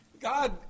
God